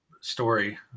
story